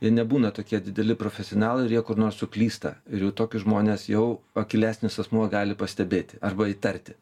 jie nebūna tokie dideli profesionalai ir jie kur nors suklysta ir jau tokius žmones jau akylesnis asmuo gali pastebėti arba įtarti